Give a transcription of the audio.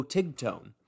Tigtone